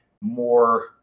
more